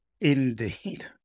Indeed